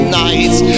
nights